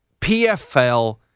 PFL